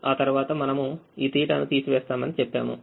ఆ తరువాత మనము ఈ θ ను తీసివేస్తామని చెప్పాము